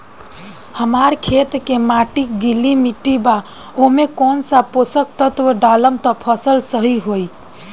हमार खेत के माटी गीली मिट्टी बा ओमे कौन सा पोशक तत्व डालम त फसल सही होई?